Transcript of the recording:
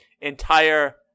entire